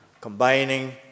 combining